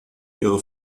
ihre